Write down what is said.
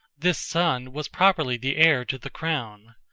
this son was properly the heir to the crown.